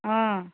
ಹಾಂ